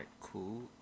cool